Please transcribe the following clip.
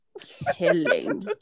killing